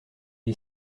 est